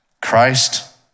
Christ